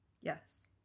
yes